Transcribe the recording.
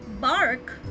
bark